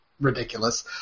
ridiculous